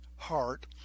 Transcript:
heart